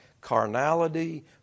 carnality